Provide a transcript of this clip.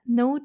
no